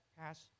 pass